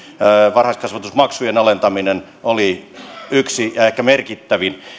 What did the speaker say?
varhaiskasvatusmaksujen alentaminen oli yksi ja ehkä merkittävin